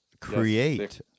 create